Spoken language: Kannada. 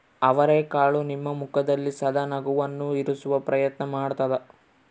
ಅವರೆಕಾಳು ನಿಮ್ಮ ಮುಖದಲ್ಲಿ ಸದಾ ನಗುವನ್ನು ಇರಿಸುವ ಪ್ರಯತ್ನ ಮಾಡ್ತಾದ